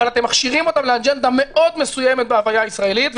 אבל אתם מכשירים אותם לאג'נדה מאוד מסוימת בהוויה הישראלית,